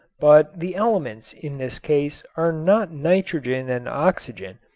but the elements in this case are not nitrogen and oxygen,